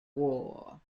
war